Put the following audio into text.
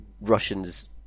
Russians